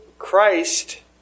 Christ